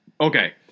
Okay